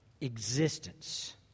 existence